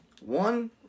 One